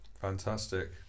Fantastic